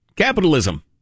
capitalism